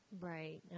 Right